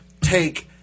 take